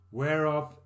whereof